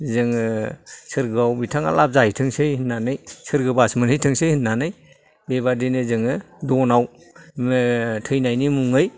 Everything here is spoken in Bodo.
जोङो सोर्गोयाव बिथाङा लाब जाहैथोंसै होन्नानै सोर्गोबास मोन्हैथोंसै होन्नानै बेबायदिनो जोङो दनाव थैनायनि मुङै